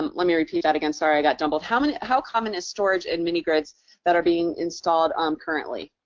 let me repeat that again. sorry, i got jumbled. how and how common is storage in mini-grids that are being installed um currently?